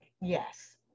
Yes